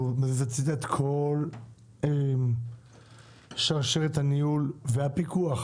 והוא מזיז הצידה את כל שרשרת הניהול והפיקוח